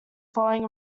following